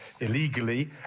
illegally